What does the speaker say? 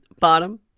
bottom